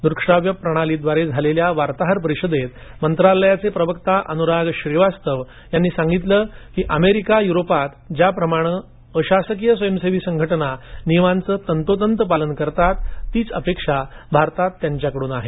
द्रकश्राव्य प्रणाली झालेल्या वार्ताहर परिषदेत मंत्रालयाचे प्रवक्ता अनुराग श्रीवास्तव यांनी सांगितलं की अमेरिका युरोपात ज्या प्रमाणे अशासकीय स्वयंसेवी संघटना नियमांचे तंतोतंत पालन करतात तीच अपेक्षा भारतात त्यांच्या कडून आहे